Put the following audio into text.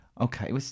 Okay